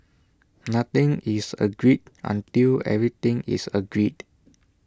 nothing is agreed until everything is agreed